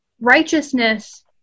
righteousness